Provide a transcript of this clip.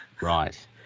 Right